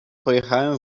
pojechałem